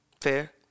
Fair